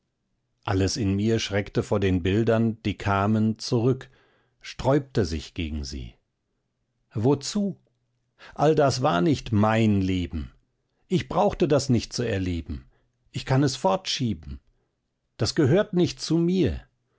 alles in mir schreckte vor den bildern die kamen zurück sträubte sich gegen sie wozu all das war nicht mein leben ich brauchte das nicht zu erleben ich kann das fortschieben das gehört nicht zu mir